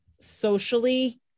socially